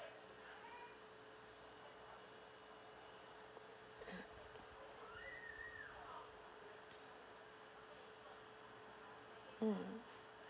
mm